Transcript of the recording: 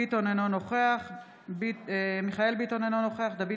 אינו נוכח משה ארבל, אינו נוכח יעקב אשר,